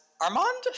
Armand